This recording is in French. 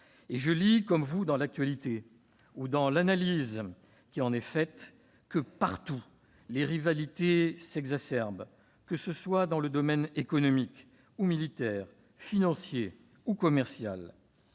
; je lis, comme vous, dans l'actualité, et dans les analyses qui en sont faites, que, partout, les rivalités s'exacerbent, que ce soit dans le domaine économique ou militaire, financier ou commercial.